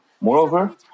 Moreover